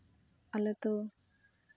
ᱟᱞᱮ ᱫᱚ